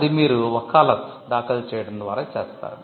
అది మీరు 'వకాలత్' దాఖలు చేయడం ద్వారా చేస్తారు